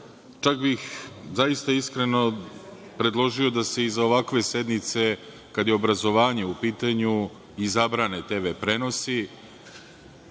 čak bih zaista i iskreno predložio da se iza ovakve sednice kada je obrazovanje u pitanju, zabrane TV prenosi